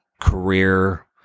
career